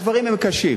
הדברים הם קשים.